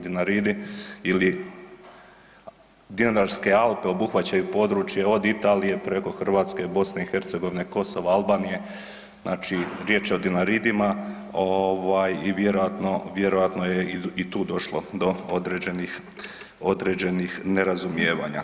Dinaridi ili Dinarske Alpe obuhvaćaju područje od Italije, preko Hrvatske, BiH, Kosova, Albanije, znači riječ je o Dinaridima i vjerojatno je i tu došlo do određenih nerazumijevanja.